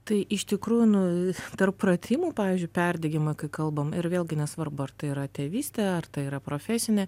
tai iš tikrųjų nu tarp pratimų pavyzdžiui perdegimą kai kalbam ir vėlgi nesvarbu ar tai yra tėvystė ar tai yra profesinė